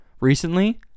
recently